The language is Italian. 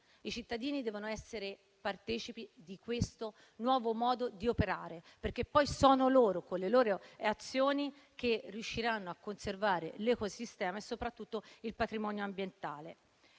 ai cittadini, che devono essere partecipi di questo nuovo modo di operare, perché poi sono loro, con le loro azioni, che riusciranno a conservare l'ecosistema e soprattutto il patrimonio ambientale.